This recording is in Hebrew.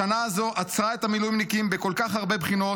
השנה הזו עצרה את המילואימניקים בכל כך הרבה בחינות.